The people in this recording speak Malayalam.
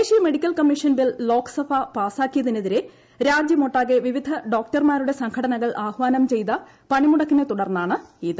ദേശീയ മെഡിക്കൽ കമ്മീഷൻ ബിൽ ലോക്സഭ പാസാക്കിയതിനെതിരെ രാജ്യമൊട്ടാകെ വിവിധ ഡോക്ടർമാരുടെ സംഘടനകൾ ആഹ്വാനം ചെയ്ത പണിമുടക്കിനെ തുടർന്നാണിത്